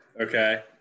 Okay